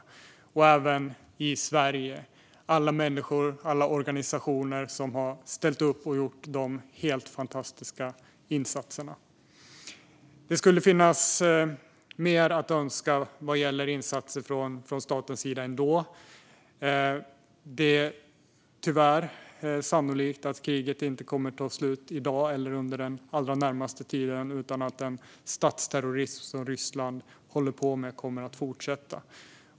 Det gäller även Sverige, med alla människor och organisationer som har ställt upp och gjort helt fantastiska insatser. Det skulle ändå finnas mer att önska vad gäller insatser från statens sida. Tyvärr är det sannolikt att kriget inte kommer att ta slut i dag eller under den allra närmaste tiden. Den statsterrorism som Ryssland håller på med kommer förmodligen att fortsätta.